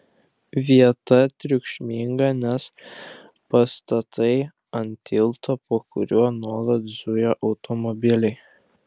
vieta triukšminga nes pastatai ant tilto po kuriuo nuolat zuja automobiliai